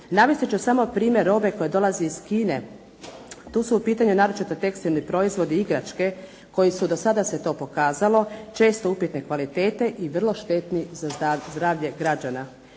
Navesti ću samo primjer robe koja dolazi iz Kine. Tu su u pitanju naročito tekstilni proizvodi i igračke koji su do sada se to pokazalo, često upitne kvalitete i vrlo štetni za zdravlje građana.